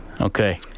Okay